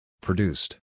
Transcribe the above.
Produced